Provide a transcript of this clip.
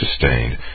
sustained